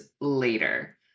later